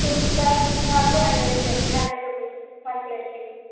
fruit chaat ملیں گا آپ کو ہینڈریڈ ہینڈریڈ روپیز میں ون پلیٹ کے لیے